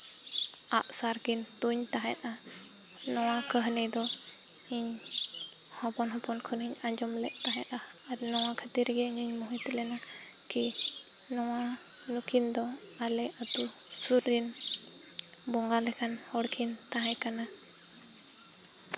ᱟᱜᱼᱥᱟᱨ ᱠᱤᱱ ᱛᱩᱧ ᱛᱟᱦᱮᱱᱟ ᱱᱚᱣᱟ ᱠᱟᱹᱦᱱᱤ ᱫᱚ ᱤᱧ ᱦᱚᱯᱚᱱ ᱦᱚᱯᱚᱱ ᱠᱷᱚᱱᱤᱧ ᱟᱡᱚᱢ ᱞᱮᱫ ᱛᱟᱦᱮᱸᱫᱼᱟ ᱟᱨ ᱱᱚᱣᱟ ᱠᱷᱟᱹᱛᱤᱨ ᱜᱮ ᱤᱧᱤᱧ ᱢᱩᱦᱤᱛ ᱞᱮᱱᱟ ᱠᱤ ᱱᱩᱠᱤᱱ ᱫᱚ ᱟᱞᱮ ᱟᱹᱛᱩ ᱥᱩᱨ ᱨᱤᱱ ᱵᱚᱸᱜᱟ ᱞᱮᱠᱟᱱ ᱦᱚᱲᱠᱤᱱ ᱛᱟᱦᱮᱸ ᱠᱟᱱᱟ